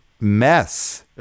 mess